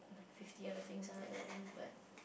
like fifty other things I like about you but